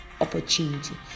opportunity